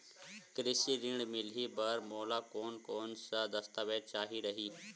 कृषि ऋण मिलही बर मोला कोन कोन स दस्तावेज चाही रही?